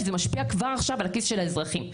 זה משפיע כבר עכשיו על הכיס של האזרחים,